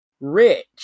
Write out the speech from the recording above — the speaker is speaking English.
rich